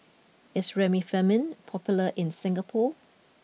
is Remifemin popular in Singapore